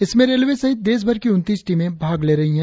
इसमें रेलवे सहित देशभर की उन्तीस टीमें भाग ले रही है